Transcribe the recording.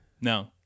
No